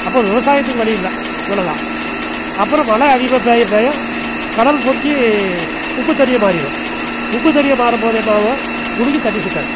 அப்போ விவசாயத்துக்கு வழி இல்லை இவ்ளோ தான் அப்புறம் மழை அதிகமாக பெய்ய பெய்ய கடல் பொங்கி உப்பு தண்ணியாக மாறிடும் உப்பு தண்ணியாக மாறும் போது என்ன ஆகும் குடிக்க தண்ணி சிக்காது